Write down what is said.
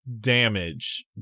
damage